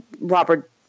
Robert